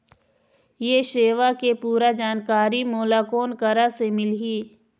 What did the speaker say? ये सेवा के पूरा जानकारी मोला कोन करा से मिलही?